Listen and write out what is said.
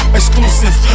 exclusive